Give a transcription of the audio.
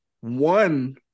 one